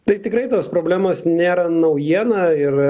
tai tikrai tos problemos nėra naujiena ir